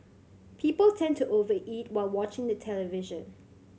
people tend to over eat while watching the television